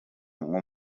nko